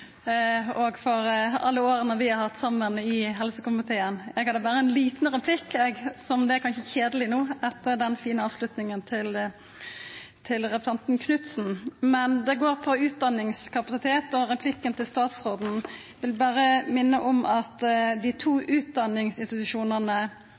òg for alle åra vi har hatt saman i helse- og omsorgskomiteen. Eg har berre ein liten replikk, men det er kanskje kjedeleg no, etter den fine avslutninga til representanten Knutsen. Det går på utdanningskapasitet og replikken til statsråden. Eg vil berre minna om at dei